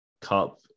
Cup